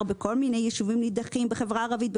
בכל מיני ישובים נידחים בחברה הערבית,